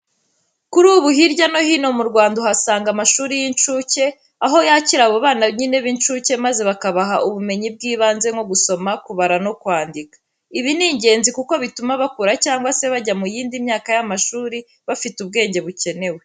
Kuri ubu hirya no hino mu Rwanda uhasanga amashuri y'incuke, aho yakira abo bana nyine b'incuke maze bakabaha ubumenyi bw'ibanze nko gusoma, kubara no kwandika. Ibi ni ingenzi kuko bituma bakura cyangwa se bajya mu yindi myaka y'amashuri bafite ubwenge bukenewe.